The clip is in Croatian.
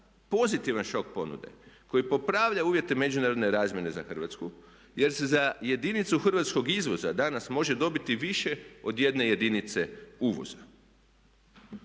pozitivan šok ponude koji popravlja uvjete međunarodne razmjene za Hrvatsku, jer se za jedinicu hrvatskog izvoza danas može dobiti više od jedne jedinice uvoza.